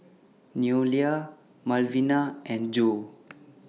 Noelia Malvina and Jo